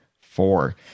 four